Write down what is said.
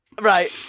Right